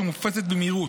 שמופצת במהירות.